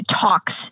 talks